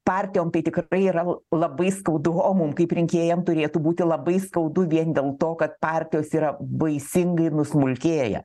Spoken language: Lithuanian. partijom tai tikrai yra labai skaudu o mum kaip rinkėjam turėtų būti labai skaudu vien dėl to kad partijos yra baisingai smulkėja